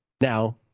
Now